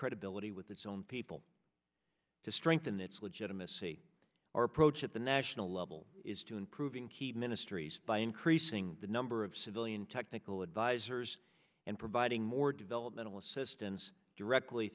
credibility with its own people to strengthen its legitimacy our approach at the national level is to improving keep ministry's by increasing the number of civilian technical advisers and providing more developmental assistance directly